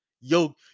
Yo